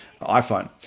iPhone